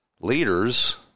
leaders